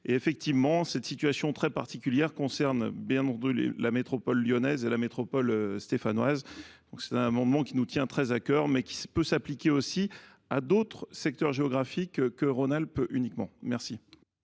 effect. Cette situation très particulière concerne bien entendu la métropole lyonnaise et la métropole stéphanoise, c'est un amendement qui nous tient très à cœur mais qui peut s'appliquer aussi à d'autres secteurs géographiques que Ronal Ppes, uniquement merci.